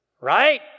right